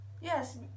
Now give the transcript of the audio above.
Yes